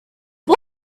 boy